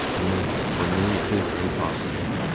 yes, for me it is impossible.